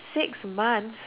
six months